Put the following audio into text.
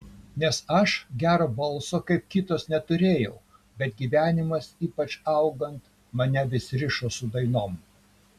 nes aš gero balso kaip kitos neturėjau bet gyvenimas ypač augant mane vis rišo su dainom